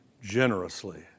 generously